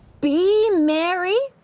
be merry,